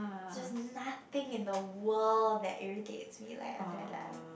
just nothing in the world that irritates me like Aneda